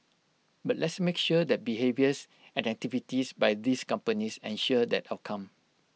but let's make sure that behaviours and activities by these companies ensure that outcome